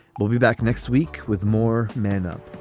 we'll be back next week with more man up